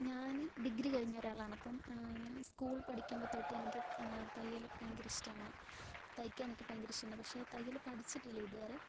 ഞാൻ ഡിഗ്രി കഴിഞ്ഞൊരാളാണ് അപ്പം ഞാൻ ഈ സ്കൂൾ പഠിക്കുമ്പം തൊട്ടെനിക്ക് തയ്യൽ ഭയങ്കര ഇഷ്ടമാണ് അപ്പോൾ തയ്ക്കാനൊക്കെ ഭയങ്കര ഇഷ്ടമാണ് പക്ഷേ തയ്യൽ പഠിച്ചിട്ടില്ല ഇതുവരെ